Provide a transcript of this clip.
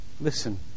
Listen